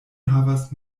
havas